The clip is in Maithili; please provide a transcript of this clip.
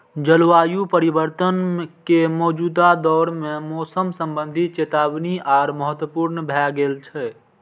जलवायु परिवर्तन के मौजूदा दौर मे मौसम संबंधी चेतावनी आर महत्वपूर्ण भए गेल छै